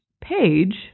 page